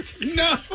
No